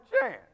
chance